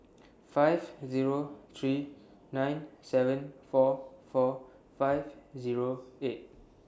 five Zero three nine seven four four five Zero eight